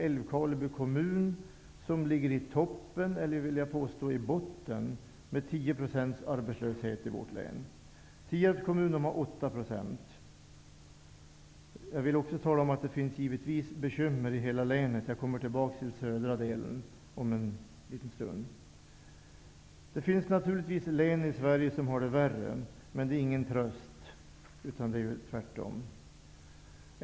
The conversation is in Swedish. Älvkarleby kommun ligger i toppen -- eller i botten -- i vårt län med 10 % Det finns givetvis bekymmer i hela länet, om jag återkommer till den södra delen om en liten stund. Det finns naturligtvis län i Sverige som har det värre. Men det är ingen tröst -- tvärtom.